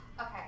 Okay